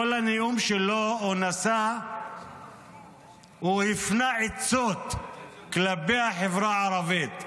כל הנאום שלו הוא הפנה עצות כלפי החברה הערבית.